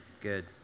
Good